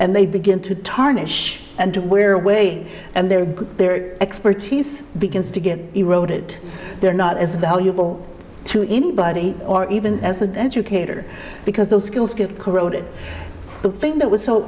and they begin to tarnish and where way and they're good their expertise begins to get eroded they're not as valuable to anybody or even as an educator because those skills get corroded the thing that was so